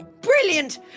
Brilliant